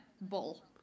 bull